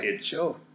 sure